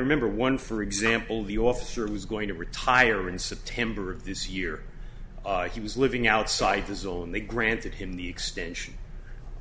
remember one for example the officer who was going to retire in september of this year he was living outside the zone they granted him the extension